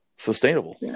Sustainable